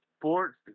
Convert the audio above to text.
sports